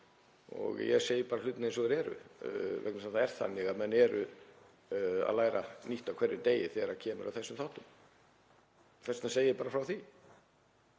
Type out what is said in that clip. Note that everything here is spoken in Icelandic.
Ég segi bara hlutina eins og þeir eru vegna þess að það er þannig að menn eru að læra eitthvað nýtt á hverjum degi þegar kemur að þessum þáttum. Þess vegna segi ég bara frá því.